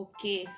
Okay